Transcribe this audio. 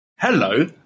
Hello